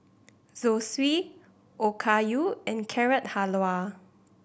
Zosui Okayu and Carrot Halwa